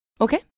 Okay